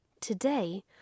Today